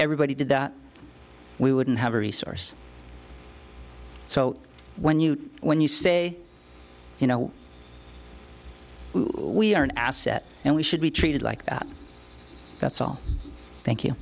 everybody did that we wouldn't have a resource so when you when you say you know we are an asset and we should be treated like that that's all thank you